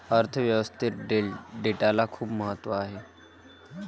अर्थ व्यवस्थेत डेटाला खूप महत्त्व आहे